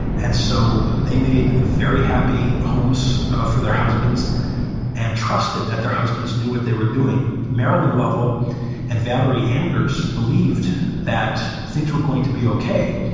and so they made very happy homes ah for their husbands and trusted that their husbands knew what they were doing. marilyn lovell and valerie anders believed that things were going to be okay.